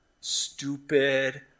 stupid